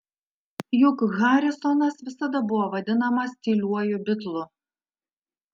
juk harrisonas visada buvo vadinamas tyliuoju bitlu